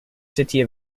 city